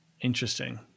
Interesting